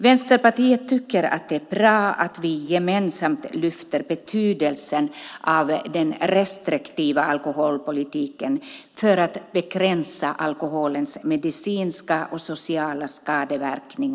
Vänsterpartiet tycker att det är bra att vi gemensamt lyfter fram betydelsen av den restriktiva alkoholpolitiken för att begränsa alkoholens medicinska och sociala skadeverkningar.